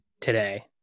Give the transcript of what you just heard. today